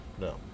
No